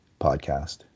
podcast